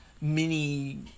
mini